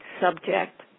subject